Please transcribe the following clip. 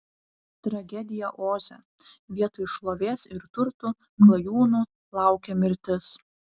tragedija oze vietoj šlovės ir turtų klajūnų laukė mirtis